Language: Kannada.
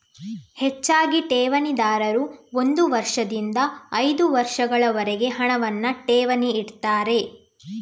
ಹೆಚ್ಚಾಗಿ ಠೇವಣಿದಾರರು ಒಂದು ವರ್ಷದಿಂದ ಐದು ವರ್ಷಗಳವರೆಗೆ ಹಣವನ್ನ ಠೇವಣಿ ಇಡ್ತಾರೆ